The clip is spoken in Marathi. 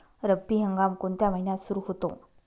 रब्बी हंगाम कोणत्या महिन्यात सुरु होतो?